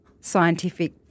scientific